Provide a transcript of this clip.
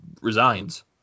resigns